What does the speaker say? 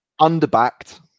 Underbacked